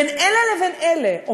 בין אלה לבין אלה.